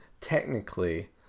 technically